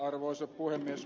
arvoisa puhemies